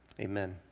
amen